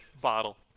bottle